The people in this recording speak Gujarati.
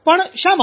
પણ શા માટે